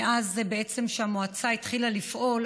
בעצם מאז שהמועצה התחילה לפעול,